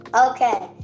Okay